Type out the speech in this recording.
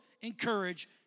encourage